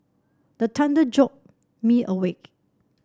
the thunder jolt me awake